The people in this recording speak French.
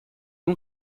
nom